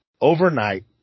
overnight